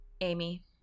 Amy